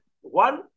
one